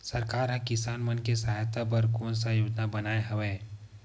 सरकार हा किसान मन के सहायता बर कोन सा योजना बनाए हवाये?